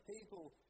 people